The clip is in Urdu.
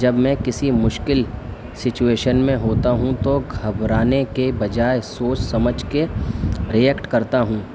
جب میں کسی مشکل سچویشن میں ہوتا ہوں تو گھبرانے کے بجائے سوچ سمجھ کے رئیکٹ کرتا ہوں